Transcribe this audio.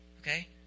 okay